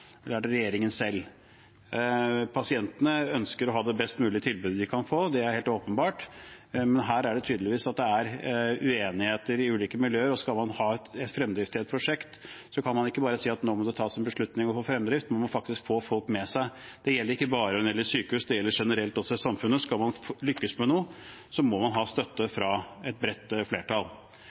det best mulige tilbudet de kan få, det er helt åpenbart. Men her er det tydeligvis uenigheter i ulike miljø. Skal man ha fremdrift i et prosjekt, kan man ikke bare si at nå må det tas en beslutning og vi må få fremdrift. Man må faktisk få folk med seg. Det gjelder ikke bare sykehus, men generelt i samfunnet. Skal man lykkes med noe, må man ha støtte fra et bredt flertall.